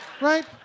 right